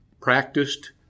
Practiced